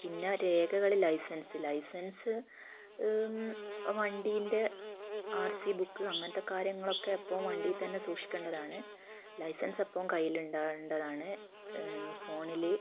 പിന്നെ രേഖകൾ licence licence വണ്ടീൻ്റെ ആർ സി ബുക്ക് അങ്ങനത്തെ കാര്യങ്ങളൊക്കെ എപ്പോളും വണ്ടിയിൽ തന്നെ സൂക്ഷിക്കേണ്ടതാണ് ലൈസൻസ് എപ്പോലും കൈയ്യിലുണ്ടാകേണ്ടതാണ് ഫോണിൽ